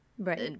Right